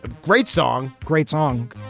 ah great song. great song